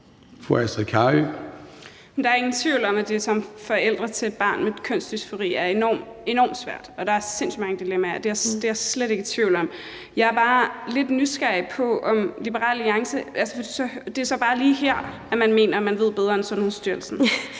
Der er ingen tvivl om, at det som forældre til et barn med kønsdysfori er enormt svært, og at der er sindssygt mange dilemmaer – det er jeg slet ikke i tvivl om. Jeg er bare lidt nysgerrig på, om det så kun lige er her, at Liberal Alliance mener, at man ved bedre end Sundhedsstyrelsen.